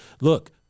look